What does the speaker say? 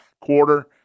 quarter